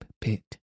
pit